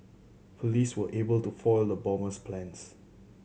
police were able to foil the bomber's plans